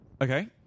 Okay